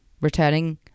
returning